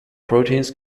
proteins